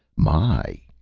my!